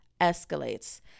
escalates